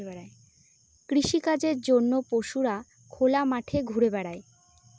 কৃষিকাজের জন্য পশুরা খোলা মাঠে ঘুরা বেড়ায়